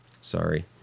sorry